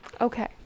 Okay